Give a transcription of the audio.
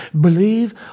Believe